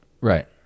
Right